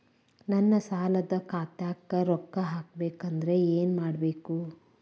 ನನ್ನ ಸಾಲದ ಖಾತಾಕ್ ರೊಕ್ಕ ಹಾಕ್ಬೇಕಂದ್ರೆ ಏನ್ ಮಾಡಬೇಕು?